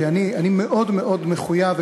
כי אני מאוד מאוד מחויב,